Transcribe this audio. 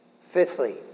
Fifthly